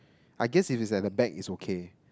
I guess if it's at the back it's okay